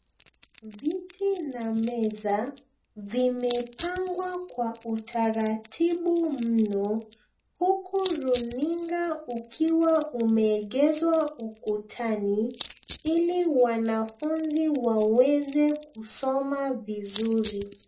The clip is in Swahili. Viti na meza vimepangwa kwa utaratibu mno huku runinga ukiwa umeegezwa ukutani ili wanafunzi waweze kusoma vizuri.